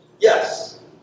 yes